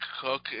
Cook